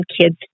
kids